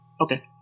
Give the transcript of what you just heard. Okay